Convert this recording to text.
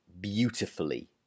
beautifully